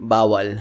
Bawal